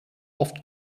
oft